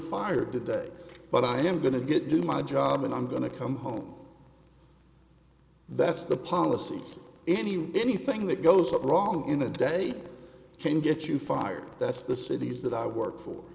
fired today but i am going to get do my job and i'm going to come home that's the policies anyway anything that goes up wrong in a day can get you fired that's the cities that i work for